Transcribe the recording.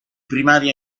primaria